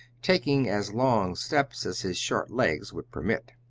taking as long steps as his short legs would permit.